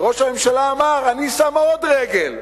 ראש הממשלה אמר: אני שם עוד רגל,